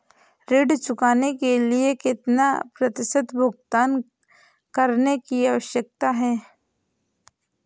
ऋण चुकाने के लिए कितना प्रतिशत भुगतान करने की आवश्यकता है?